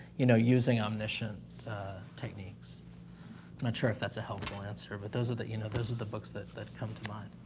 you know, using omniscient techniques. i'm not sure if that's a helpful answer, but those are that, you know, those are the books that that come to mind.